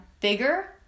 bigger